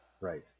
Right